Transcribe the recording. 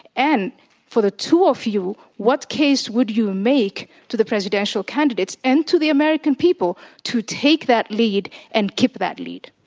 and for the two of you, what case would you make to the presidential candidates and to the american people to take that lead and keep that lead?